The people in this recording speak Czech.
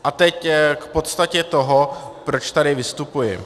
A teď k podstatě toho, proč tady vystupuji.